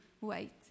Wait